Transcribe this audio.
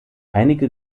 einige